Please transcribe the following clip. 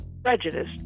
prejudice